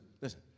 listen